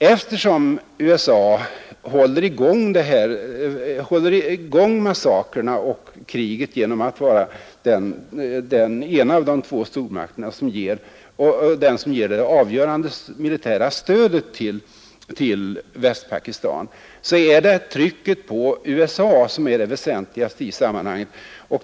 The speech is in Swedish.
Eftersom USA håller i gång kriget och massakrerna genom att vara den stormakt som ger det avgörande militära stödet till Västpakistan, är det trycket på USA som är det väsentligaste i sammanhanget.